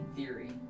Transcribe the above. Theory